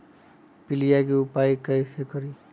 पीलिया के उपाय कई से करी?